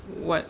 what